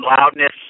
loudness